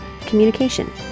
communication